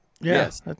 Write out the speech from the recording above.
Yes